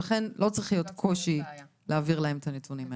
ולכן לא צריך להיות קושי להעביר להם את הנתונים האלה.